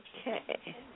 Okay